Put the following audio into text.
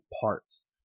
parts